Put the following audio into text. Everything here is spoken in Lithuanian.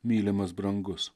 mylimas brangus